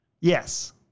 Yes